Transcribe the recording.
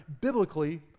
biblically